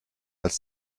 als